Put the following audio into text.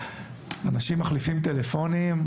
שאנשים מחליפים טלפונים,